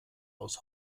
aus